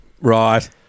right